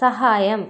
സഹായം